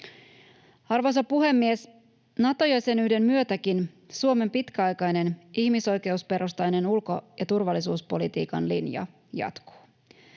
Arvoisa puhemies! Nato-jäsenyyden myötäkin Suomen pitkäaikainen ihmisoikeusperustainen ulko- ja turvallisuuspolitiikan linja jatkuu.